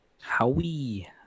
Howie